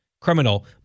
criminal